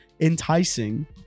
enticing